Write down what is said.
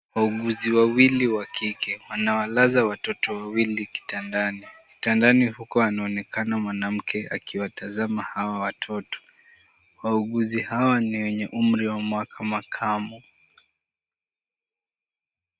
Wauguzi wawili wa kike wanawalaza watoto wawili kitandani. Kitandani huko anaonekana mwanamke akiwatazama hawa watoto, wauguzi hawa ni wenye umri wa mwaka makamu.